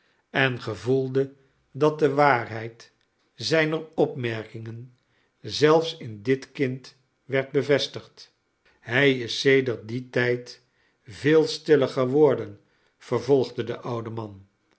en gevoelde dat de waarheid zijner opmerkingen zelfs in dit kind werd bevestigd hij is sedert dientijd veel stiller geworden vervolgde de oude man